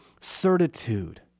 certitude